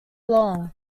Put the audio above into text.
long